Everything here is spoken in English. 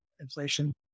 Inflation